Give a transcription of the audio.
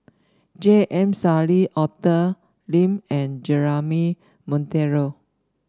J M Sali Arthur Lim and Jeremy Monteiro